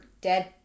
dead